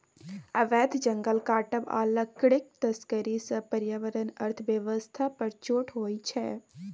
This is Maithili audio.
अबैध जंगल काटब आ लकड़ीक तस्करी सँ पर्यावरण अर्थ बेबस्था पर चोट होइ छै